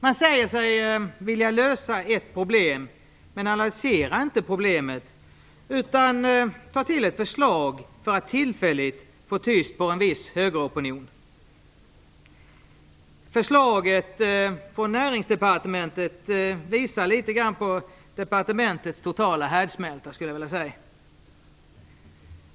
Man säger sig vilja lösa ett problem, men man analyserar inte problemet utan tar till ett förslag för att tillfälligt få tyst på en viss högeropinion. Förslaget från Näringsdepartementet visar litet grand, skulle jag vilja säga, på departementets totala härdsmälta.